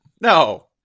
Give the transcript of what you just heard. no